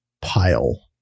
pile